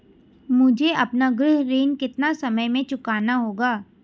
मुझे अपना गृह ऋण कितने समय में चुकाना होगा?